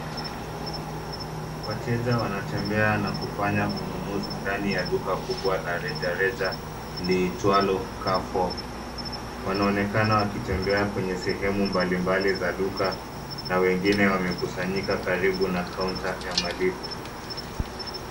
Wateja wanatembea na kufanya ununuzi ndani ya duka kubwa la rejareja liitwalo Carrefour. Wanaonekana wakitembea kwenye sehemu mbalimbali za duka na wengine wamekusanyika karibu na kaunta ya malipo.